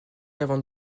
avant